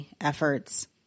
efforts